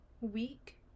week